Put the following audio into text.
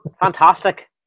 Fantastic